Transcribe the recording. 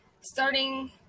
starting